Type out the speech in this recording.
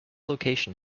location